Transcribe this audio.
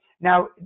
Now